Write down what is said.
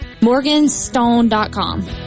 Morganstone.com